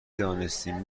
دانستیم